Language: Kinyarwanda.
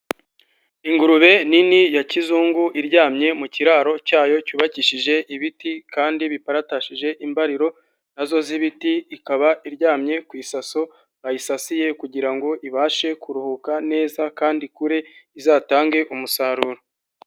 Ingurube nini ya kizungu iryamye mu kiraro cyayo cyubakishije ibiti kandi biparatashije imbariro nazo z'ibiti, ikaba iryamye ku isaso bayisasiye kugira ngo ibashe kuruhuka neza kandi ikure izatange umusaruro.